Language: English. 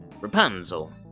Rapunzel